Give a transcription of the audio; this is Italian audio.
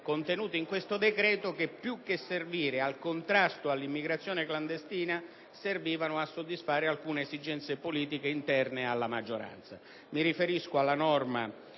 contenute in questo decreto che più che servire al contrasto dell'immigrazione clandestina servivano a soddisfare alcune esigenze politiche interne alla maggioranza.